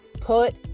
put